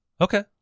Okay